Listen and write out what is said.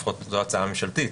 לפחות זאת ההצעה הממשלתית,